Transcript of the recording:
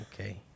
okay